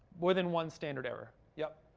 more than one standard error yeah.